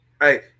Hey